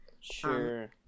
sure